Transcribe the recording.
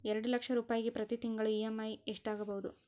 ಎರಡು ಲಕ್ಷ ರೂಪಾಯಿಗೆ ಪ್ರತಿ ತಿಂಗಳಿಗೆ ಇ.ಎಮ್.ಐ ಎಷ್ಟಾಗಬಹುದು?